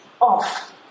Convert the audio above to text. off